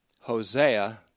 Hosea